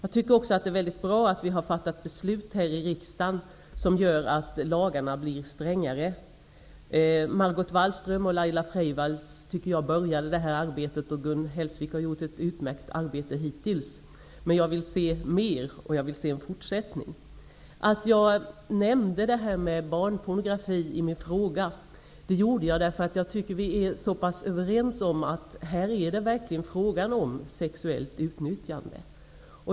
Det är också mycket bra att vi har fattat beslut här i riksdagen som innebär att lagarna blir strängare. Margot Wallström och Laila Freivalds började detta arbete, och Gun Hellsvik har hittills gjort ett mycket bra arbete. Men jag vill se mer, och jag vill se en fortsättning. Jag nämnde barnpornografi i min fråga eftersom jag anser att vi är överens om att det här är fråga om sexuellt utnyttjande.